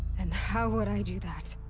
and how would i do that?